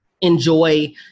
enjoy